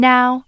Now